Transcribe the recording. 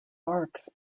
barks